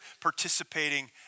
participating